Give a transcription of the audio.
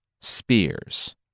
spears